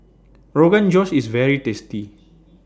Rogan Josh IS very tasty